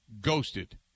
Ghosted